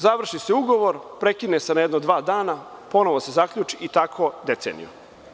Završi se ugovor, prekine se na jedno dva dana, ponovo se zaključi i tako decenijama.